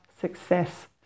success